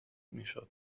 میشد